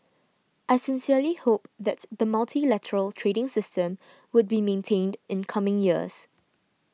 I sincerely hope that the multilateral trading system would be maintained in coming years